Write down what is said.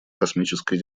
космической